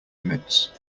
emits